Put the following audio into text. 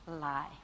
lie